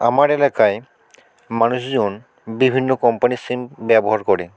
আমার এলাকায় মানুষজন বিভিন্ন কোম্পানির সিম ব্যবহার করে